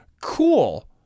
cool